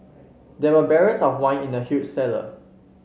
there were barrels of wine in the huge cellar